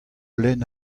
lenn